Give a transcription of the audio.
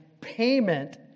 payment